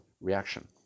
reaction